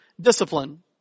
discipline